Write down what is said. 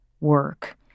work